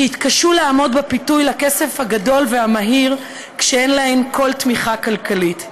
שיתקשו לעמוד בפיתוי לכסף הגדול והמהיר כשאין להן כל תמיכה כלכלית,